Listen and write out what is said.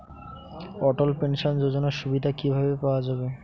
অটল pension যোজনার সুবিধা কি ভাবে পাওয়া যাবে?